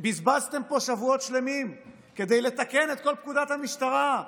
בזבזתם פה שבועות שלמים כדי לתקן את כל פקודת המשטרה,